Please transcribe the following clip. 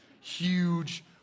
huge